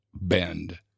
bend